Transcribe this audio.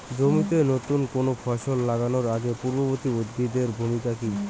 জমিতে নুতন কোনো ফসল লাগানোর আগে পূর্ববর্তী উদ্ভিদ এর ভূমিকা কি?